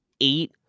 eight